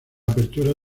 apertura